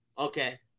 Okay